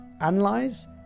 analyze